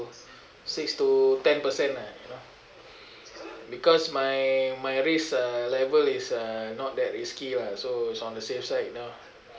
six to ten percent lah you know because my my risk uh level is uh not that risky lah so it's on the safe side now